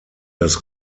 das